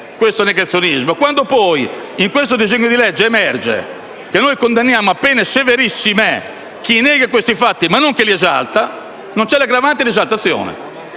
questo negazionismo. In questo disegno di legge condanniamo a pene severissime chi nega questi fatti ma non chi li esalta; non c'è l'aggravante per l'esaltazione.